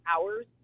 hours